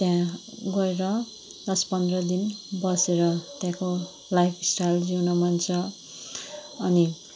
त्यहाँ गएर दस पन्ध्र दिन बसेर त्यहाँको लाइफ स्टाइल जिउनु मन छ अनि